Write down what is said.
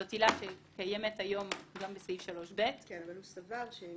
זאת עילה שקיימת היום גם בסעיף 3ב. כן,